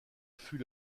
fut